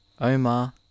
Omar